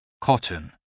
Cotton